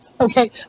okay